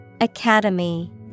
Academy